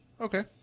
Okay